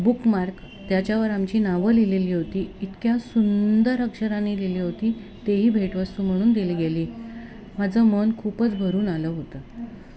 bookmark त्याच्यावर आमची नावं लिहिलेली होती इतक्या सुंदर अक्षराने लिहिली होती तेही भेटवस्तू म्हणून दिली गेली माझं मन खूपच भरून आलं होतं